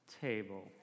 table